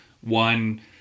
One